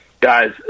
guys